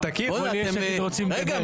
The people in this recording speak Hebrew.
רגע,